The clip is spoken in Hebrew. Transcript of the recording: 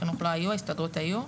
החינוך לא היו, ההסתדרות היו.